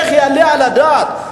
איך יעלה על הדעת?